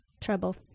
trouble